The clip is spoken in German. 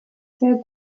sehr